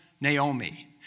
Naomi